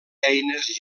eines